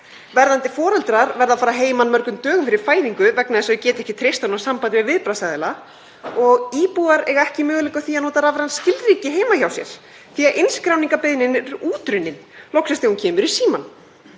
Verðandi foreldrar verða að fara að heiman mörgum dögum fyrir fæðingu vegna þess að þau geta ekki treyst á að ná sambandi við viðbragðsaðila og íbúar eiga ekki möguleika á því að nota rafræn skilríki heima hjá sér því að innskráningarbeiðnin er útrunnin loksins þegar hún kemur í símanum.